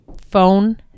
phone